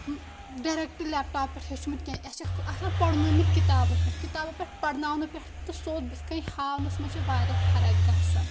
direct laptop پٮ۪ٹھ ہیوٚچھمُت کینٛہہ اَسہِ چھُکھ آسان پَرنٲمٕتۍ کِتابو پٮ۪ٹھ کِتابو پٮ۪ٹھ پَرناونہٕ پٮ۪ٹھ تہٕ سیٚود بٕتھِ کَنۍ ہاونَس منٛز چھِ واریاہ فرق گژھان